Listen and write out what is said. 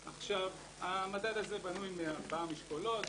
המדד הזה בנוי מארבעה משקולות: